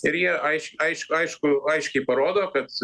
ir jie aiš aiš aišku aiškiai parodo kad